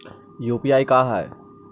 UPI का है?